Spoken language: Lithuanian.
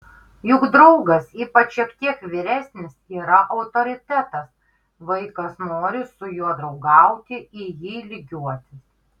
juk draugas ypač šiek tiek vyresnis yra autoritetas vaikas nori su juo draugauti į jį lygiuotis